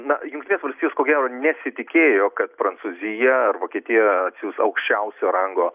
na jungtinės valstijos ko gero nesitikėjo kad prancūzija ar vokietija atsiųs aukščiausio rango